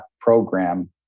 program